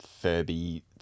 furby